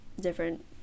different